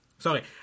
Sorry